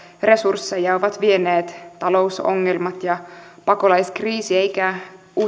resursseja ovat vieneet talousongelmat ja pakolaiskriisi eikä